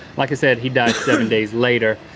like i said, he died seven days later.